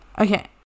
Okay